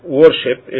worship